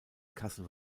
kassel